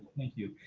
thank you.